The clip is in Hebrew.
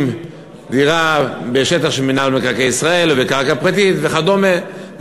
דירה בשטח של מינהל מקרקעי ישראל ובקרקע פרטית וכדומה.